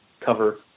cover